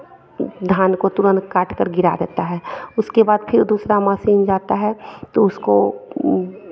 धान को तुरन्त काटकर गिरा देता है उसके बाद दूसरा मशीन जाता है तो उसको